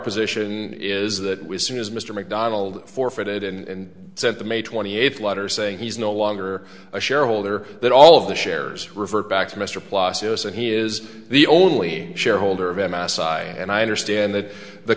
position is that we soon as mr mcdonald forfeited and sent the may twenty eighth letter saying he's no longer a shareholder that all of the shares revert back to mr blasio said he is the only shareholder of m s i and i understand that the